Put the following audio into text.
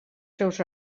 seus